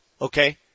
okay